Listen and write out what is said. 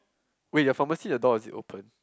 wait your pharmacy the door is it opened